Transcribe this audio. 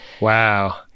Wow